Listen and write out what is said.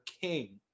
king